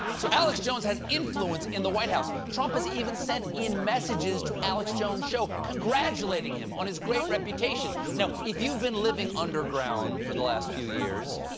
so alex jones has influence in the white house. trump has even sent in messages to alex jones' show, congratulating him on his great reputation. now, if you've been living underground for the last few years,